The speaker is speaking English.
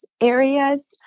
areas